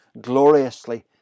gloriously